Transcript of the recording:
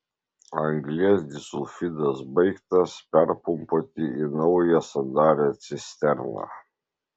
anglies disulfidas baigtas perpumpuoti į naują sandarią cisterną